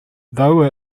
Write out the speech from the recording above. though